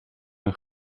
een